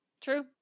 True